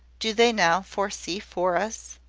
do they now foresee for us?